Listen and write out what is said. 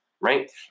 right